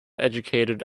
educated